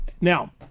Now